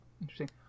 interesting